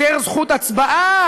יותר זכות הצבעה?